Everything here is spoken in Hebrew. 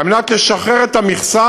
על מנת לשחרר את המכסה,